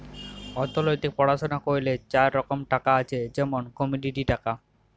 অথ্থলিতিক পড়াশুলা ক্যইরলে চার রকম টাকা আছে যেমল কমডিটি টাকা